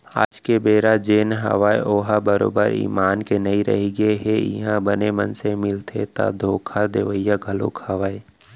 आज के बेरा जेन हवय ओहा बरोबर ईमान के नइ रहिगे हे इहाँ बने मनसे मिलथे ता धोखा देवइया घलोक हवय